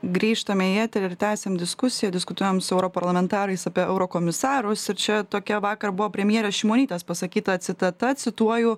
grįžtam į eterį ir tęsiam diskusiją diskutuojam su europarlamentarais apie eurokomisarus ir čia tokia vakar buvo premjerės šimonytės pasakyta citata cituoju